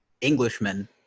Englishman